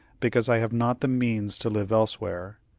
because i have not the means to live elsewhere.